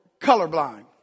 colorblind